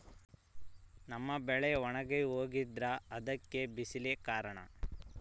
ನಮ್ಮ ಬೆಳೆ ಒಣಗಿ ಹೋಗ್ತಿದ್ರ ಅದ್ಕೆ ಬಿಸಿಲೆ ಕಾರಣನ?